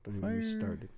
Fire